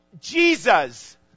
Jesus